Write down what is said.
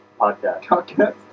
Podcast